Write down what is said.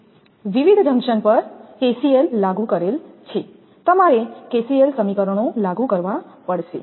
વિવિધ જંકશન પર KCL લાગુ કરેલ છે તમારે KCL સમીકરણો લાગુ કરવા પડશે